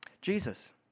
Jesus